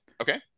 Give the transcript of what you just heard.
Okay